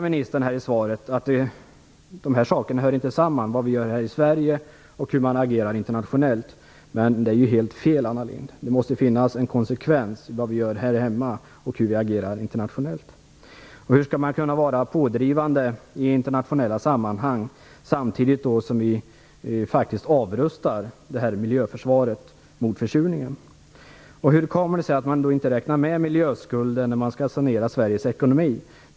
Ministern hävdar i svaret att vad vi gör i Sverige och hur vi agerar internationellt inte hör samman, men det är ju helt fel, Anna Lindh. Det måste finnas en konsekvens mellan det vi gör här hemma och hur vi agerar internationellt. Hur skall vi kunna vara pådrivande i internationella sammanhang samtidigt som vi faktiskt avrustar miljöförsvaret mot försurningen? Hur kommer det sig att man inte räknar med miljöskulden när man skall sanera Sveriges ekonomi?